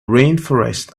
rainforests